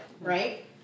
right